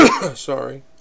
sorry